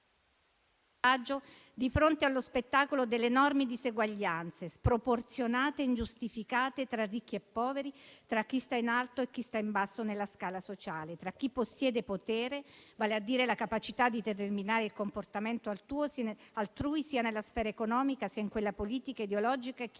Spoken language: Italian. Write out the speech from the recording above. di fronte allo spettacolo delle enormi diseguaglianze, tanto sproporzionate quanto ingiustificate, tra ricchi e poveri, tra chi sta in alto e chi sta in basso nella scala sociale, tra chi possiede potere, vale a dire la capacità di determinare il comportamento altrui, sia nella sfera economica sia in quella politica e ideologica, e chi